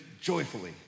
joyfully